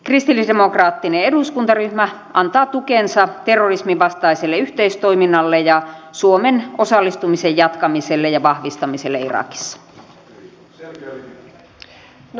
kristillisdemokraattinen eduskuntaryhmä antaa tukensa terrorismin vastaiselle yhteistoiminnalle ja suomen osallistumisen jatkamiselle ja vahvistamiselle irakissa